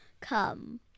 come